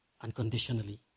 unconditionally